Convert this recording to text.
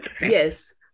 yes